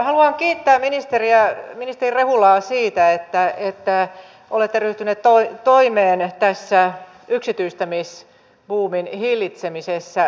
haluan kiittää ministeri rehulaa siitä että olette ryhtynyt toimeen tässä yksityistämisbuumin hillitsemisessä